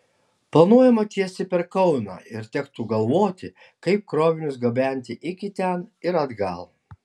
planuojama tiesti per kauną ir tektų galvoti kaip krovinius gabenti iki ten ir atgal